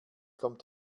kommt